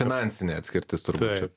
finansinė atskirtis tubūt čia